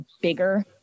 bigger